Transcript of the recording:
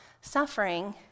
suffering